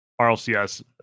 RLCS